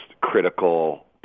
critical